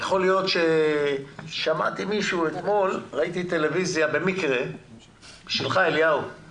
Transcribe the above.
שמעתי אתמול מישהו בטלוויזיה, איזה